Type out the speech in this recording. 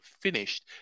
finished